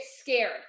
scared